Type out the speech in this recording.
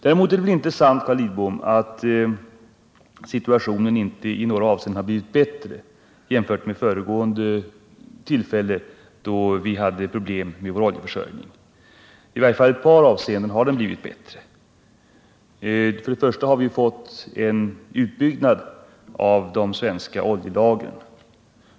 Däremot är det väl inte sant, Carl Lidbom, att situationen när det gäller vår oljeförsörjning inte i några avseenden har blivit bättre än vid föregående tillfälle då vi hade problem med vår oljeförsörjning. I varje fall i ett par avseenden har förändring skett. För det första har vi fått en utbyggnad av de svenska oljelagren.